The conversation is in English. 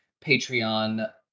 patreon